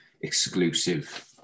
exclusive